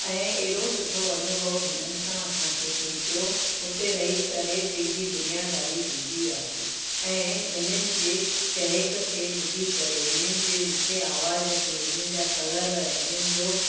ऐं हेॾो सुठो अनुभव हिननि सां असांखे थे पियो हुते रही करे पंहिंजी दुनियादारी भुलिजी वियासीं ऐं हिननि जे चहक खे ॿुधी करे हिननि जे मिठे आवाज़ खे हिननि जा कलर हिननि जो